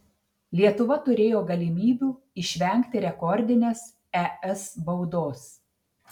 lietuva turėjo galimybių išvengti rekordinės es baudos